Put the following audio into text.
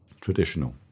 traditional